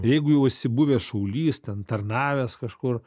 jeigu jau esi buvęs šaulys ten tarnavęs kažkur